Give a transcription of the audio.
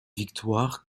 victoire